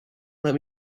let